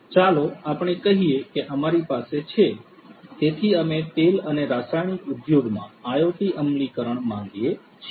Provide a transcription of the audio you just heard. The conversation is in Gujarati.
ચાલો આપણે કહીએ કે અમારી પાસે છે તેથી અમે તેલ અને રાસાયણિક ઉદ્યોગમાં IoT અમલીકરણ માંગીએ છીએ